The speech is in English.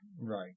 Right